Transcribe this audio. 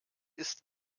isst